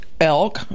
elk